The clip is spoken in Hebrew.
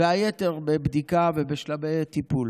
והיתר בבדיקה ובשלבי טיפול.